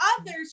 others